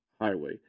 highway